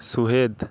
ᱥᱚᱦᱮᱫᱽ